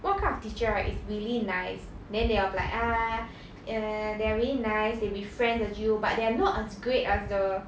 one kind of teacher right is really nice then they'll be like ah err they are really nice they befriend with you but they are not as great as the